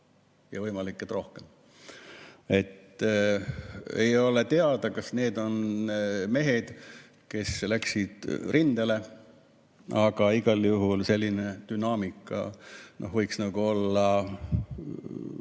Võimalik, et neid on rohkem. Ei ole teada, kas need on mehed, kes läksid rindele. Aga igal juhul selline dünaamika võiks olla